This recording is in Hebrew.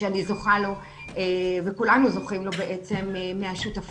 שאני זוכה לו וכולנו זוכים לו בעצם מהשותפים.